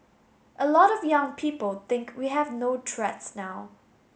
a lot of young people think we have no threats now